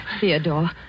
Theodore